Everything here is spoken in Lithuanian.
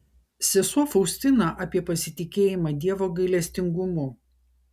sesuo faustina apie pasitikėjimą dievo gailestingumu